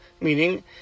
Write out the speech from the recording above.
meaning